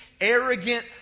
arrogant